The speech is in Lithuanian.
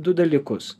du dalykus